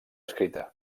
escrita